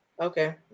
Okay